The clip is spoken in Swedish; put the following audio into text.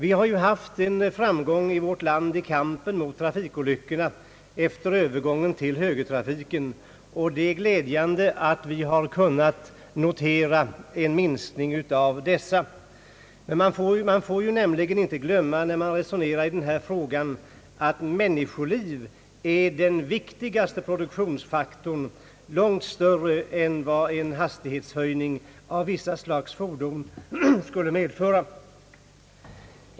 Vi har ju haft framgång i kampen mot trafikolyckorna efter övergången till högertrafik. Det är glädjande att vi har kunnat notera en minskning av des sa. Man får nämligen när man resonerar i denna fråga inte glömma att människan är den viktigaste produktionsfaktorn, långt viktigare än den vinst som en hastighetshöjning för vissa slag av fordon skulle medföra.